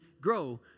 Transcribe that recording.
grow